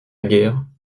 guerre